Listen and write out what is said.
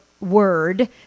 word